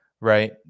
right